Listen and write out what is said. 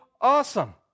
awesome